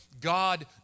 God